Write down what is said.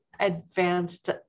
advanced